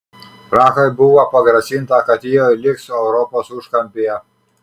prahai buvo pagrasinta kad ji liks europos užkampyje